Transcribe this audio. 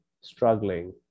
struggling